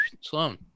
Sloan